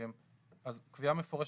אז קביעה מפורשת,